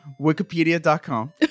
Wikipedia.com